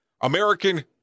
American